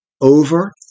over